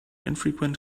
infrequent